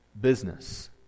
business